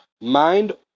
Mind